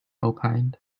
opined